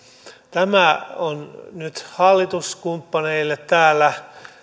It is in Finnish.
tämä on nyt hallituskumppaneille täällä